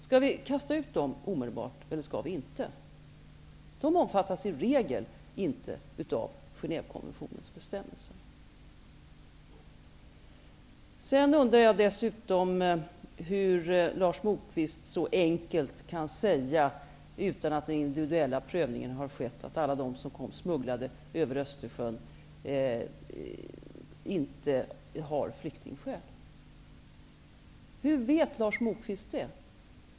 Skall vi kasta ut dem omedelbart eller skall vi det inte? De om fattas i regel inte av Genèvekonventionens be stämmelser. Sedan undrar jag dessutom hur Lars Moquist så enkelt kan säga, utan att den individuella pröv ningen har skett, att alla de som kom smugglade över Östersjön inte har flyktingskäl. Hur vet Lars Moquist det?